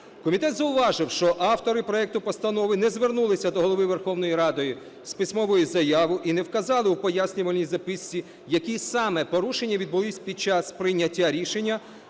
Комітет зауважив, що автори проекту постанови не звернулись до Голови Верховної Ради з письмовою заявою і не вказали в пояснювальній записці, які саме порушення відбулись під час прийняття рішення.